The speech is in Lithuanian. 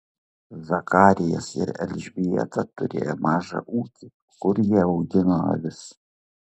zakarijas ir elžbieta turėjo mažą ūkį kur jie augino avis